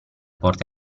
porte